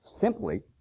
simply